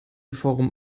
forum